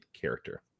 character